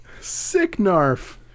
Sicknarf